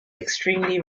extremely